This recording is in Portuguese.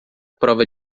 prova